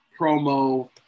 promo